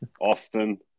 Austin